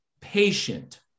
patient